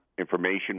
information